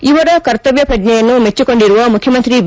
ಇವರ ಕರ್ತವ್ಯ ಪ್ರಜ್ವೆಯನ್ನು ಮೆಚ್ಚಕೊಂಡಿರುವ ಮುಖ್ಯಮಂತ್ರಿ ಬಿ